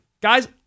Guys